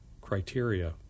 criteria